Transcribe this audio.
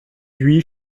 huit